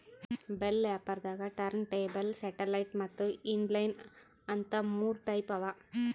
bell wrapper ದಾಗಾ turntable satellite ಮತ್ತ್ inline ಅಂತ್ ಮೂರ್ ಟೈಪ್ ಅವಾ